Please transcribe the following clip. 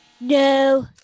No